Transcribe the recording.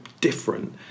different